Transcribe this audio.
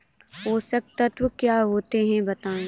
पोषक तत्व क्या होते हैं बताएँ?